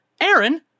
Aaron